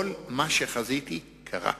כל מה שחזיתי קרה.